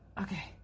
Okay